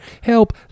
Help